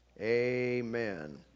Amen